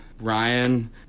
Ryan